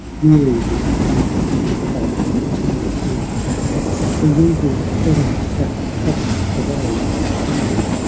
weary with conquest of eternity the regal form hath tossed away the crown,